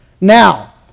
Now